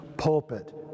pulpit